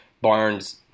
Barnes